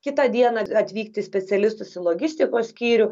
kitą dieną at atvykti specialistus į logistikos skyrių